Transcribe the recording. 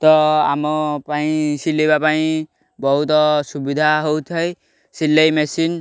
ତ ଆମ ପାଇଁ ସିଲେଇବା ପାଇଁ ବହୁତ ସୁବିଧା ହଉଥାଏ ସିଲେଇ ମେସିନ୍